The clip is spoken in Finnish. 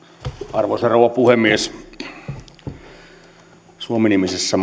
arvoisa rouva puhemies suomi nimisessä